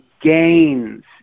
gains